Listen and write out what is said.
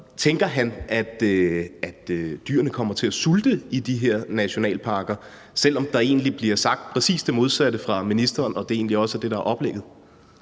tænker, at dyrene kommer til at sulte i de her nationalparker, selv om der egentlig bliver sagt præcis det modsatte af ministeren og det egentlig også er det, der er oplægget?